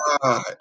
God